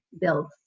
builds